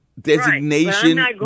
designation